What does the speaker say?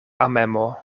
amemo